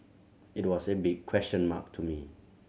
it was a big question mark to me